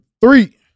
three